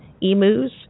emus